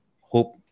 hope